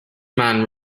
man